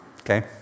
okay